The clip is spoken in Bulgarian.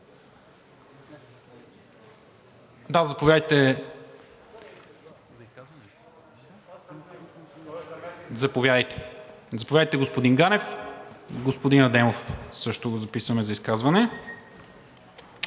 Хасан Адемов.) Заповядайте, господин Ганев. Господин Адемов също го записвам за изказване.